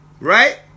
Right